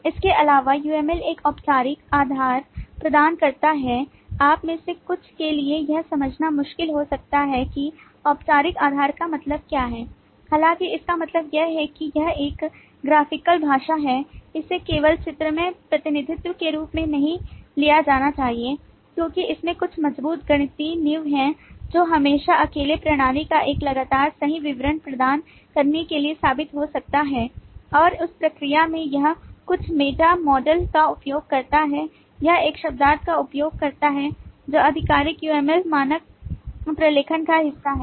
इसके अलावा UML एक औपचारिक आधार प्रदान करता है आप में से कुछ के लिए यह समझना मुश्किल हो सकता है कि औपचारिक आधार का मतलब क्या है हालांकि इसका मतलब यह है कि यह एक ग्राफिकल भाषा है इसे केवल चित्रमय प्रतिनिधित्व के रूप में नहीं लिया जाना चाहिए क्योंकि इसमें कुछ मजबूत गणितीय नींव हैं जो हमेशा अकेले प्रणाली का एक लगातार सही विवरण प्रदान करने के लिए साबित हो सकता है और उस प्रक्रिया में यह कुछ मेटा मॉडल का उपयोग करता है यह एक शब्दार्थ का उपयोग करता है जो आधिकारिक UML मानक प्रलेखन का हिस्सा है